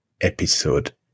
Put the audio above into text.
episode